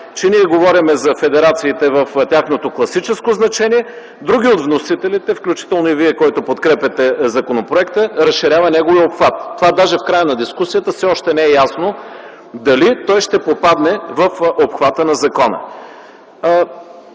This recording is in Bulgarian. че ние говорим за федерациите в тяхното класическо значение; други от вносителите, включително и Вие, който подкрепяте законопроекта - разширява неговия обхват. Това даже в края на дискусията все още не е ясно – дали той ще попадне в обхвата на закона.